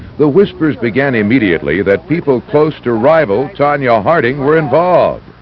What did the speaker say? the whispers began immediately that people close to rival tonya harding were involved.